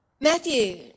Matthew